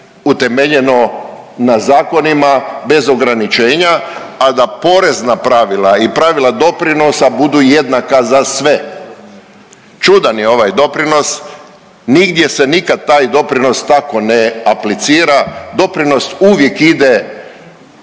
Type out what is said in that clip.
utemeljeno na zakonima bez ograničenja, a da porezna pravila i pravila doprinosa budu jednaka za sve. Čudan je ovaj doprinos. Nigdje se nikad taj doprinos tako ne aplicira. Doprinos uvijek ide